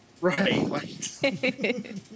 right